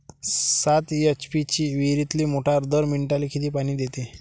सात एच.पी ची विहिरीतली मोटार दर मिनटाले किती पानी देते?